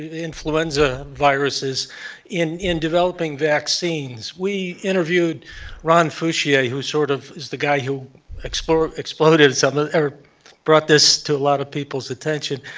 influenza viruses in in developing vaccines. we interviewed ron fouchier, who sort of is the guy who exploded exploded ah or brought this to a lot of people's attention.